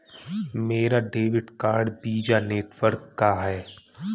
मेरा debit card Visa network का है